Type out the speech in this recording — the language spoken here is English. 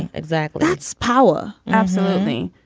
and exactly. it's power. absolutely.